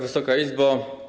Wysoka Izbo!